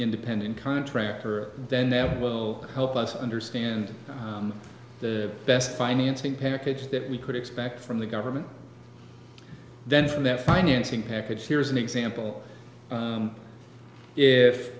independent contractor then that will help us understand the best financing package that we could expect from the government then from that financing package here's an example